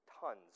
tons